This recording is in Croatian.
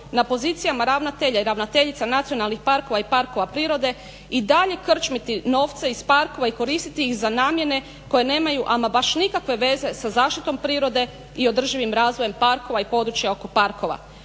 na pozicijama ravnatelja i ravnateljica nacionalnih parkova i parkova prirode i dalje krčmiti novce iz parkova i koristiti ih za namjene koje nemaju ama baš nikakve veze sa zaštitom prirode i održivim razvojem parkova i područja oko parkova.